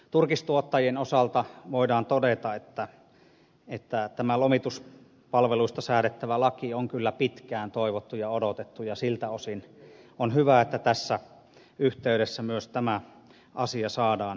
turkistuottajien osalta voidaan todeta että tämä lomituspalveluista säädettävä laki on kyllä pitkään toivottu ja odotettu ja siltä osin on hyvä että tässä yhteydessä myös tämä asia saadaan hoidettua kuntoon